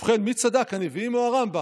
ובכן, מי צדק, הנביאים או הרמב"ם?